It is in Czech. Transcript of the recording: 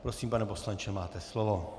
Prosím, pane poslanče, máte slovo.